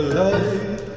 light